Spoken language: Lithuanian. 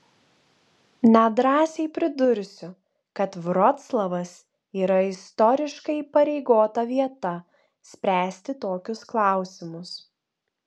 nedrąsiai pridursiu kad vroclavas yra istoriškai įpareigota vieta spręsti tokius klausimus